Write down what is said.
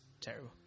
terrible